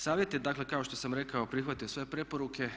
Savjet je dakle kao što sam rekao prihvatio sve preporuke.